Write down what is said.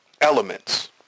elements